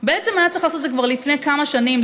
בעצם היה צריך לעשות את זה כבר לפני כמה שנים,